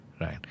right